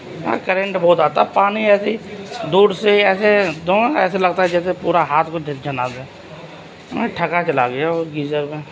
یار کرنٹ بہت آتا پانی ایسے ہی دور سے ہی ایسے دوں ایسے لگتا ہے جیسے پورا ہاتھ کو جھنجھنا دے میں ٹھگا چلا گیا اس گیزر میں